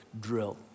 drill